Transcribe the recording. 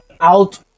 out